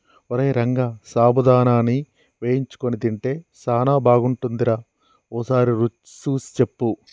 ఓరై రంగ సాబుదానాని వేయించుకొని తింటే సానా బాగుంటుందిరా ఓసారి రుచి సూసి సెప్పు